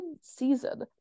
season